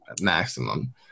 maximum